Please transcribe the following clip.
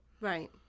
Right